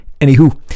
Anywho